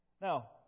Now